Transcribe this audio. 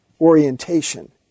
orientation